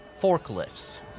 forklifts